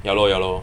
ya lor ya lor